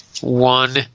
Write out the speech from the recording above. One